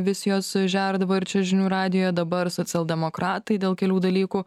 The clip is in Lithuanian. vis jos sužerdavo ir čia žinių radijuje dabar socialdemokratai dėl kelių dalykų